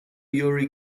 yuri